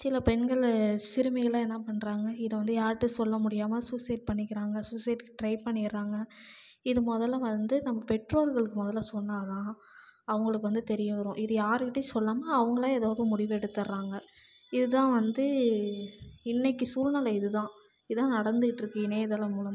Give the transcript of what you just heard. சில பெண்களும் சிறுமிகள்லாம் என்ன பண்ணுறாங்க இதை வந்து யார்கிட்ட சொல்ல முடியாமல் சூசைட் பண்ணிக்கிறாங்கள் சூசைடுக்கு ட்ரை பண்ணிடுறாங்க இது முதல்ல வந்து நம்ம பெற்றோர்களுக்கு முதல சொன்னால்தான் அவங்களுக்கு வந்து தெரிய வரும் இது யார்கிட்டயும் சொல்லாமல் அவங்களே ஏதாவது முடிவு எடுத்துர்றாங்க இதுதான் வந்து இன்றைக்கி சூழ்நில இதுதான் இதுதான் நடந்துக்கிட்டிருக்கு இணையதளம் மூலமாக